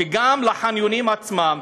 שגם לחניונים עצמם,